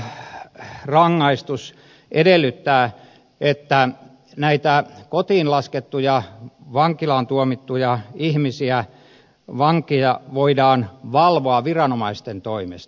tämä valvontarangaistus edellyttää että näitä kotiin laskettuja vankilaan tuomittuja ihmisiä vankeja voidaan valvoa viranomaisten toimesta